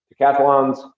decathlons